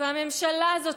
והממשלה הזאת,